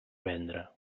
vendre